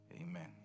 Amen